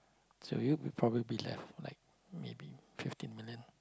so you'll be probably be left like maybe fifteen million